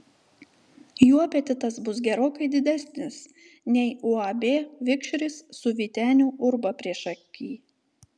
jų apetitas bus gerokai didesnis nei uab vikšris su vyteniu urba priešaky